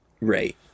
Right